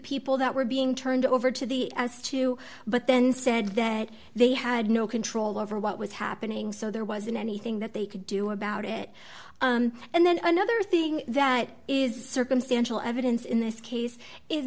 people that were being turned over to the as to but then said that they had no control over what was happening so there wasn't anything that they could do about it and then another thing that is circumstantial evidence in this case is